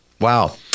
Wow